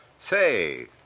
Say